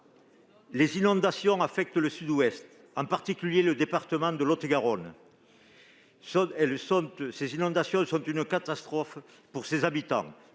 les inondations affectent le Sud-Ouest, en particulier le département de Lot-et-Garonne. C'est une catastrophe pour les habitants.